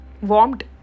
warmed